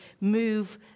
move